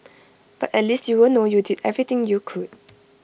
but at least you'll know you did everything you could